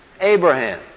Abraham